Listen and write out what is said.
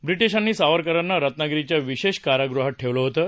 ब्रििििांनी सावरकरांना रत्नागिरीच्या विशेष कारागृहात ठेवलं होतं